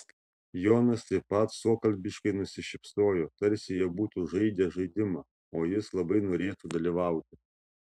jonas taip pat suokalbiškai nusišypsojo tarsi jie būtų žaidę žaidimą o jis labai norėtų dalyvauti